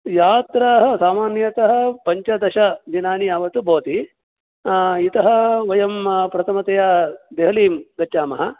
यात्राः सामान्यतः पञ्चदश दिनानि यावत् भवति इतः वयं प्रथमतया देहलीं गच्छामः